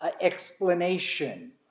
explanation